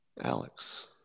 Alex